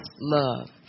love